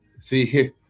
See